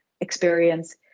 experience